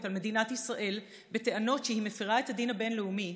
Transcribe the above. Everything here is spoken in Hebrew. על מדינת ישראל בטענות שהיא מפירה את הדין הבין-לאומי,